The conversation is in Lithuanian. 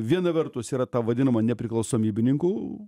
viena vertus yra ta vadinama nepriklausomybininkų